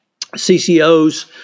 CCOs